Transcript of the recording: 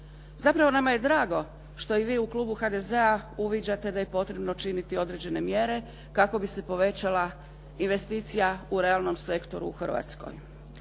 Zapravo nama je drago što i vi u klubu HDZ-a uviđate da je potrebno činiti određene mjere kako bi se povećala investicija u realnom sektoru u Hrvatskoj.